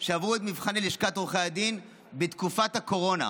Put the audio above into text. שעברו את מבחני לשכת עורכי הדין בתקופת הקורונה.